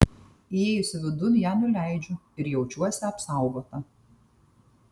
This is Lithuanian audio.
įėjusi vidun ją nuleidžiu ir jaučiuosi apsaugota